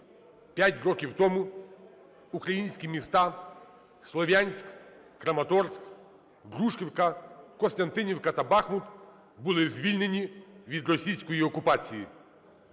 П'ять років тому українські міста Слов'янськ, Краматорськ, Дружківка, Костянтинівка та Бахмут були звільнені від російської окупації.